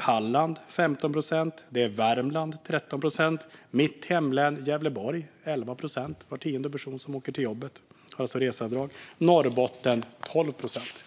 Halland med 15 procent och Värmland med 13 procent. I mitt hemlän Gävleborg är det 11 procent, så var tionde person som åker till jobbet har reseavdrag. I Norrbotten är det 12 procent.